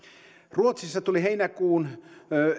ruotsissa tuli heinäkuun